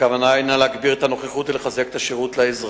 הכוונה היא להגביר את הנוכחות ולחזק את השירות לאזרח,